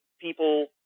people